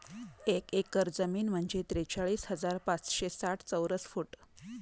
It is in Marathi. एक एकर जमीन म्हणजे त्रेचाळीस हजार पाचशे साठ चौरस फूट